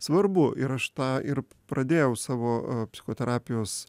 svarbu ir aš tą ir pradėjau savo psichoterapijos